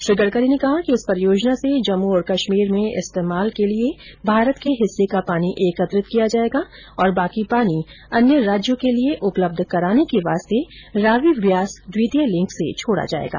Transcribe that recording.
श्री गड़करी ने कहा कि उस परियोजना से जम्मू और कश्मीर में इस्तेमाल के लिए भारत के हिस्से का पानी एकत्रित किया जाएगा और बाकी पानी अन्य राज्यों के लिए उपलब्ध कराने के लिये रावी ब्यास द्वितीय लिंक से छोड़ा जाएगा